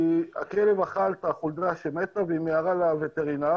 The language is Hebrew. כי הכלב אכל את החולדה שמתה והיא מיהרה לווטרינר,